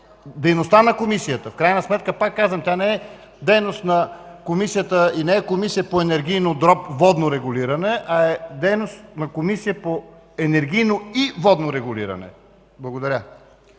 дейността й. В крайна сметка тя не е дейност на Комисията и не е Комисия по енергийно-водно регулиране, а е дейност на Комисия по енергийно и водно регулиране. Благодаря.